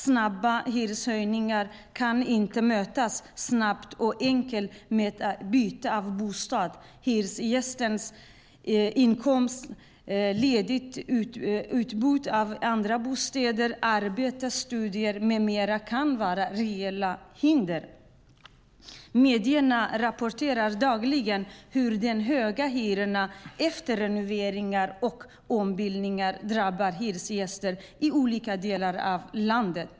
Snabba hyreshöjningar kan inte mötas snabbt och enkelt med ett byte av bostad. Hyresgästens inkomst, utbudet av lediga bostäder, arbete, studier med mera kan vara reella hinder. Medierna rapporterar dagligen hur de höga hyrorna efter renoveringar och ombyggnader drabbar hyresgäster i olika delar av landet.